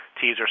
teaser